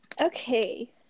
Okay